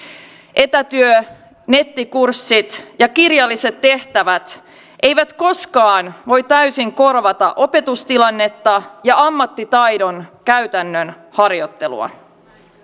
etätyö nettikurssit ja kirjalliset tehtävät eivät koskaan voi täysin korvata opetustilannetta ja ammattitaidon käytännön harjoittelua